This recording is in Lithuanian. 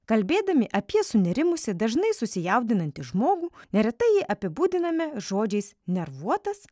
kalbėdami apie sunerimusį dažnai susijaudinantį žmogų neretai jį apibūdiname žodžiais nervuotas